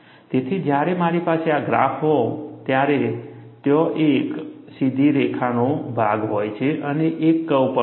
તેથી જ્યારે મારી પાસે આ ગ્રાફ હોય ત્યારે ત્યાં એક સીધી રેખાનો ભાગ હોય છે અને એક કર્વ પણ હોય છે